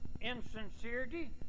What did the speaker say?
insincerity